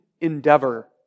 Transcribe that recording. endeavor